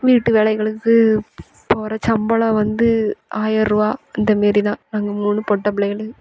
வீட்டு வேலைகளுக்கு போகிற சம்பளம் வந்து ஆயிருவா இந்த மாரிதான் நாங்கள் மூணு பொட்ட பிள்ளைகளு